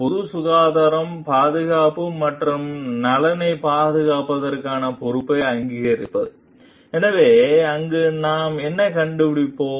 பொது சுகாதாரம் பாதுகாப்பு மற்றும் நலனைப் பாதுகாப்பதற்கான பொறுப்பை அங்கீகரிப்பது எனவே அங்கு நாம் என்ன கண்டுபிடிப்போம்